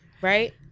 right